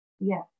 Yes